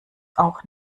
auch